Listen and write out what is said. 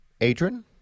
Adrian